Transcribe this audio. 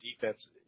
defense